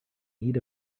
need